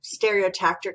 stereotactic